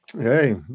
Hey